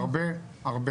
והרבה יותר,